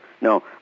No